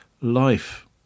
life